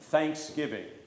Thanksgiving